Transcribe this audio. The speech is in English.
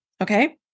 Okay